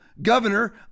governor